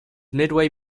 midway